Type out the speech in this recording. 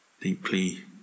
deeply